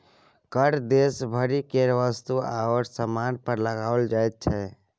कर देश भरि केर वस्तु आओर सामान पर लगाओल जाइत छै